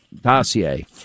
dossier